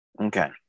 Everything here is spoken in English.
okay